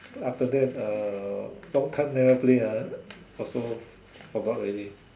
after that uh long time never play ah also forgot already